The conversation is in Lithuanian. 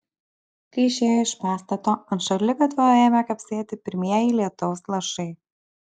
kai išėjo iš pastato ant šaligatvio ėmė kapsėti pirmieji lietaus lašai